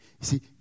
See